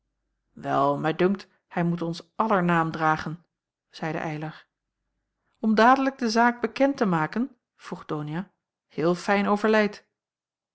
wel mij dunkt hij moet ons aller naam dragen zeide eylar om dadelijk de zaak bekend te maken vroeg donia heel fijn overleid